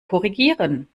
korrigieren